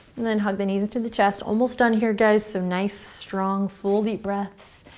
then hug the knees into the chest. almost done, here, guys, so nice strong full deep breaths.